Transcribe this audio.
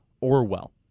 Orwell